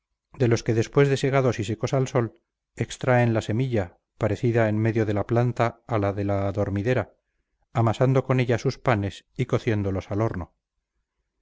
de los que después de segados y secos al sol extraen la semilla parecida en medio de la planta a la de la adormidera amasando con ella sus panes y cociéndolos al horno